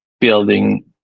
building